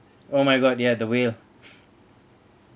oh my god ya the wheel